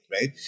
right